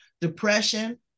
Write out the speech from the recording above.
depression